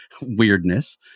weirdness